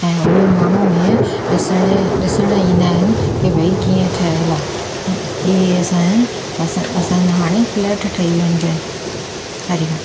ऐं उहे माण्हू इएं ॾिसणु ॾिसणु ईंदा आहिनि की भई कीअं ठहियलु आहे इहे असां असांजा हाणे फ्लैट ठही विया आहिनि बिल हरी ओम